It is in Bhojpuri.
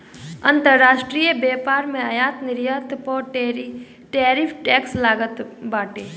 अंतरराष्ट्रीय व्यापार में आयात निर्यात पअ टैरिफ टैक्स लागत बाटे